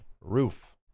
Roof